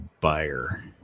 buyer